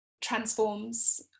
transforms